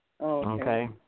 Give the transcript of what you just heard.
okay